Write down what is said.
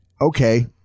okay